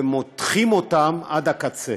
ומותחים אותם עד הקצה.